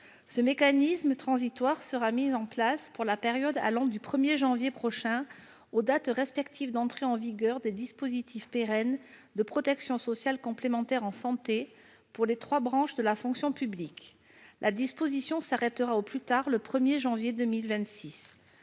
Ce mécanisme transitoire sera mis en place pour la période allant du 1janvier prochain aux dates respectives d'entrée en vigueur des dispositifs pérennes de protection sociale complémentaire en santé, pour les trois versants de la fonction publique. La disposition s'arrêtera au plus tard le 1 janvier 2026.